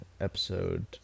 episode